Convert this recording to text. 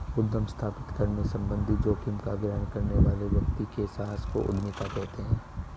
उद्यम स्थापित करने संबंधित जोखिम का ग्रहण करने वाले व्यक्ति के साहस को उद्यमिता कहते हैं